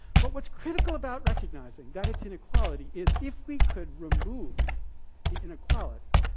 but what is critical about recognizing that it is inequality is, if we could remove the inequality